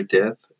death